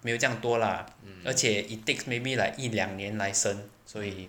没有这样多啦而且 it takes maybe like 一两年来生所以